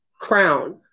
crown